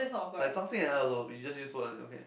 like Zhong-Xin and I also we just use phone one okay